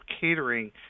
catering